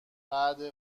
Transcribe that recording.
بعد